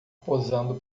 posando